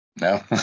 No